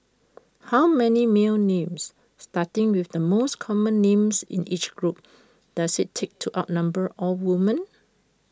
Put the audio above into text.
how many male names starting with the most common names in each group does IT take to outnumber all women